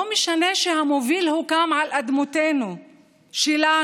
לא משנה שהמוביל הוקם על אדמותינו שלנו,